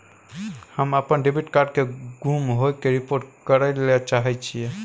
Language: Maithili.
हम अपन डेबिट कार्ड के गुम होय के रिपोर्ट करय ले चाहय छियै